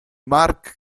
mark